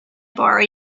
borrow